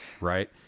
right